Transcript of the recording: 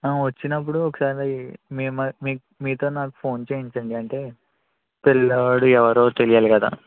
ఆ వచ్చినప్పుడు ఒకసారి మేము మీ మీతో నాకు ఫోన్ చేయించండి అంటే పిల్లాడు ఎవరో తెలియాలి కదా